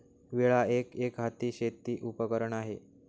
विळा एक, एकहाती शेती उपकरण आहे